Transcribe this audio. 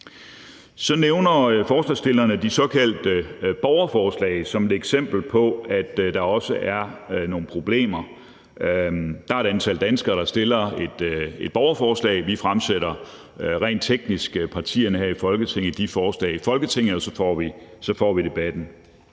Så nævner forslagsstillerne de såkaldte borgerforslag som et eksempel på, at der også er nogle problemer. Der er et antal danskere, der stiller et borgerforslag. Vi, partierne her i Folketinget, fremsætter rent teknisk de forslag i Folketinget, og så får vi debatten.